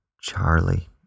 Charlie